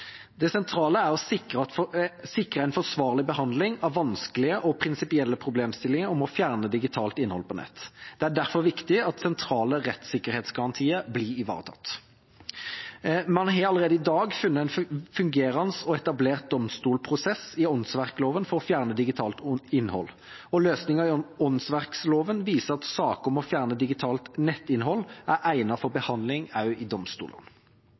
Det sentrale er å sikre en forsvarlig behandling av vanskelige og prinsipielle problemstillinger om å fjerne digitalt innhold på nett. Det er derfor viktig at sentrale rettssikkerhetsgarantier blir ivaretatt. Man har allerede i dag funnet en fungerende og etablert domstolprosess i åndsverkloven for å fjerne digitalt innhold. Løsningen i åndsverkloven viser at saker om å fjerne digitalt nettinnhold er egnet for behandling også i domstolene.